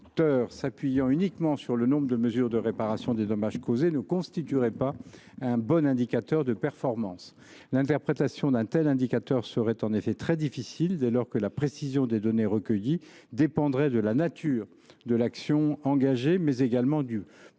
s’appuierait uniquement sur le nombre de mesures de réparation des dommages causés prononcées ne constituerait pas un bon indicateur de performance. Son interprétation serait en effet très difficile, dans la mesure où la précision des données recueillies dépendrait de la nature de l’action engagée, mais également du